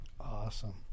Awesome